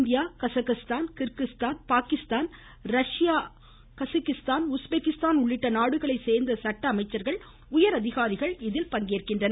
India Kazakhstan Kyrgyzstan Pakistan ரஷ்ய அமைப்பு Tajikistan Uzbekistan உள்ளிட்ட நாடுகளை சேர்ந்த சட்ட அமைச்சர்கள் உயர் அதிகாரிகள் இதில் பங்கேற்கின்றனர்